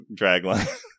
dragline